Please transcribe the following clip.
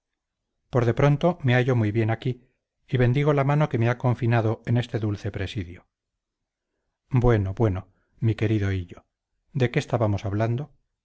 por de pronto me hallo muy bien aquí y bendigo la mano que me ha confinado en este dulce presidio bueno bueno mi querido hillo de qué estábamos hablando